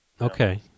Okay